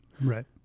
Right